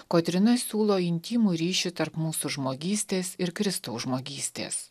kotryna siūlo intymų ryšį tarp mūsų žmogystės ir kristaus žmogystės